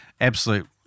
Absolute